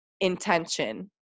intention